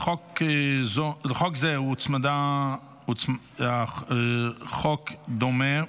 לחוק זה הוצמדה הצעת חוק דומה,